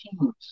teams